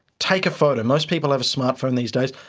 take a photo. most people have a smart phone these days,